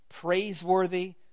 praiseworthy